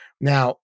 Now